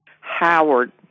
Howard